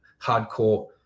hardcore